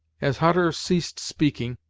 as hutter ceased speaking,